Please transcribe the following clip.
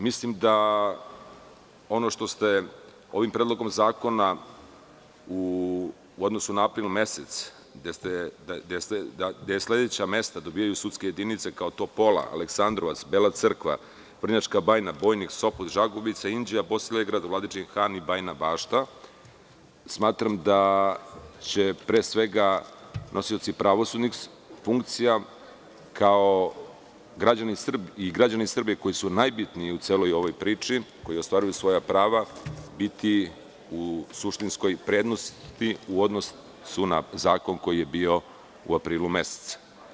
Mislim da ono što ste ovim predlogom zakona u odnosu na april mesec, gde sudske jedinice dobijaju sledeća mesta kao što su Topola, Aleksandrovac, Bela Crkva, Vrnjačka Banja, Bojnik, Sopot, Žagubica, Inđija, Bosilelgrad, Vladičin Han i Bajna Bašta, da će se pre svega nosioci pravosudnih funkcija kao i građani Srbije koji su najbitniji u celoj ovoj priči, koji ostvaruju svoja prava biti u suštinskoj prednosti u odnosu na zakon koji je bio u aprilu mesecu.